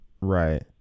Right